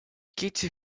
кити